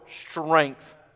strength